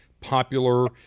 popular